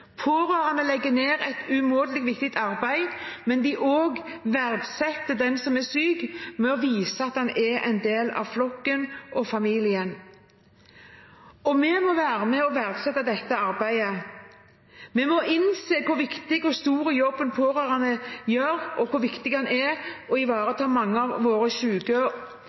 Pårørende legger ned et umåtelig viktig arbeid, og de verdsetter den som er syk, ved å vise at han/hun er en del av flokken, av familien. Vi må være med og verdsette dette arbeidet. Vi må innse hvor viktig og stor en jobb pårørende gjør, og hvor viktig det er å ivareta mange av våre